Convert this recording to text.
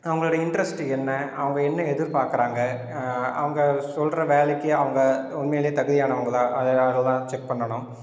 அவுங்களோட இண்ட்ரெஸ்ட்டு என்ன அவங்க என்ன எதிர்பார்க்கறாங்க அவங்க சொல்கிற வேலைக்கு அவங்க உண்மையிலே தகுதியானவங்களாக அதெல்லாம் அதையெல்லாம் செக் பண்ணணும்